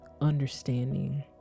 understanding